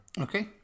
Okay